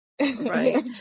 right